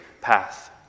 path